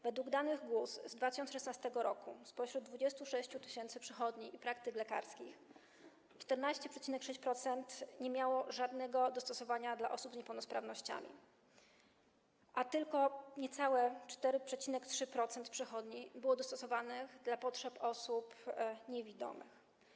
Według danych GUS z 2016 r. spośród 26 tys. przychodni i praktyk lekarskich 14,6% nie miało żadnego dostosowania dla osób z niepełnosprawnościami, a tylko niecałe 4,3% przychodni było dostosowanych do potrzeb osób niewidomych.